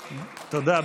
תודה,